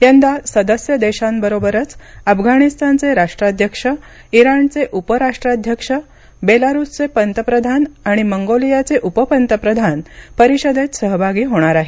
यंदा सदस्य देशांबरोबरच अफगाणिस्तानचे राष्ट्राध्यक्ष इराणचे उपराष्ट्राध्यक्ष बेलारुसचे पंतप्रधान आणि मंगोलियाचे उप पंतप्रधान परिषदेत सहभागी होणार आहेत